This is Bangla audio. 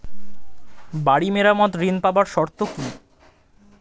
বাড়ি মেরামত ঋন পাবার শর্ত কি?